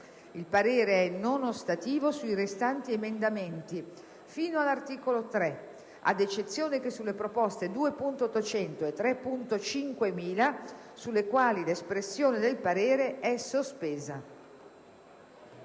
Il parere è non ostativo sui restanti emendamenti fino all'articolo 3, ad eccezione che sulle proposte 2.800 e 3.5000, sulle quali l'espressione del parere è sospesa».